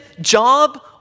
job